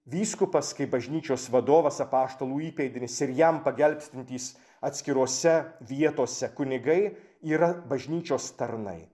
vyskupas kaip bažnyčios vadovas apaštalų įpėdinis ir jam pagelbstintys atskirose vietose kunigai yra bažnyčios tarnai